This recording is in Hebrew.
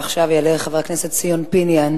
עכשיו יעלה חבר הכנסת ציון פיניאן